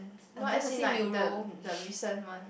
no as in like the the recent one